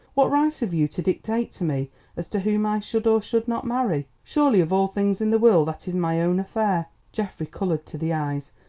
what right have you to dictate to me as to whom i should or should not marry? surely of all things in the world that is my own affair. geoffrey coloured to the eyes.